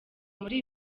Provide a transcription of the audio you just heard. muli